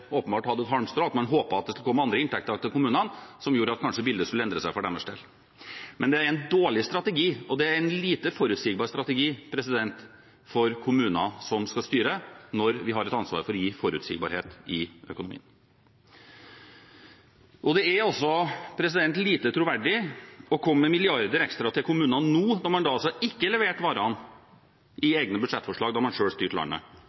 åpenbart har det halmstrået – at man håpet det skulle komme andre inntekter til kommunene som gjorde at bildet kanskje skulle endre seg for deres del. Det er en dårlig strategi. Det er en lite forutsigbar strategi for kommuner som skal styre, når vi har et ansvar for å gi forutsigbarhet i økonomien. Det er også lite troverdig å komme med milliarder ekstra til kommunene nå, når man ikke leverte varene i egne budsjettforslag da man selv styrte landet.